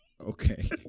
Okay